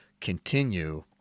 continue